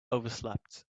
overslept